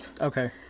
Okay